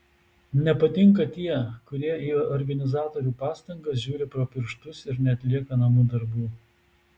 nepatinka tie kurie į organizatorių pastangas žiūri pro pirštus ir neatlieka namų darbų